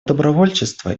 добровольчества